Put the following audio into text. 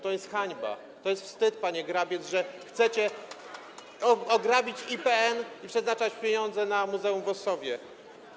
To jest hańba, to jest wstyd, panie Grabiec, że chcecie ograbić IPN i przeznaczyć te pieniądze na muzeum w Ossowie.